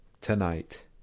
tonight